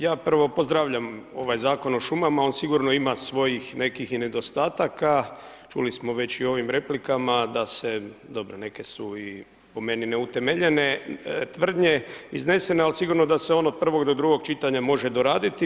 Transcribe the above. Ja prvo pozdravljam ovaj Zakon o šumama, on sigurno ima svojih nekih i nedostataka, čuli smo već i u ovim replikama da se, dobro neke su i po meni neutemeljene tvrdnje iznesene ali sigurno da se on od prvog do drugog čitanja može doraditi.